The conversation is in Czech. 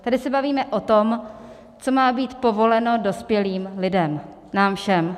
Tady se bavíme o tom, co má být povoleno dospělým lidem, nám všem.